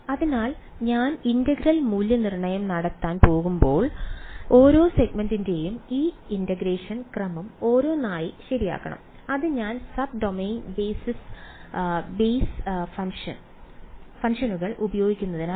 അതിനാൽ ഞാൻ ഇന്റഗ്രൽ മൂല്യനിർണ്ണയം നടത്താൻ പോകുമ്പോൾ ഓരോ സെഗ്മെന്റിന്റെയും ഈ ഇന്റഗ്രേഷൻ ക്രമം ഓരോന്നായി ശരിയാക്കണം അത് ഞാൻ സബ് ഡൊമെയ്ൻ ബേസ് ഫംഗ്ഷനുകൾ ഉപയോഗിക്കുന്നതിനാലാണ്